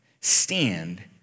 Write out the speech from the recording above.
stand